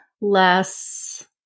less